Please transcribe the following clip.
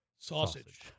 Sausage